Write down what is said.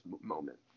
moment